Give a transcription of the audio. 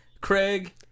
Craig